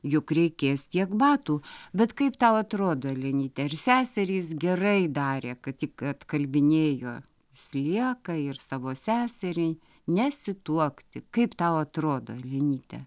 juk reikės tiek batų bet kaip tau atrodo elenyte ar seserys gerai darė kad tik atkalbinėjo slieką ir savo seserį nesituokti kaip tau atrodo elenyte